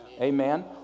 Amen